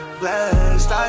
blessed